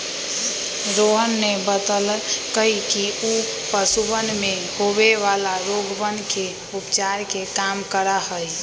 रोहन ने बतल कई कि ऊ पशुवन में होवे वाला रोगवन के उपचार के काम करा हई